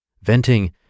Venting